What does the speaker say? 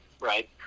Right